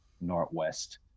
northwest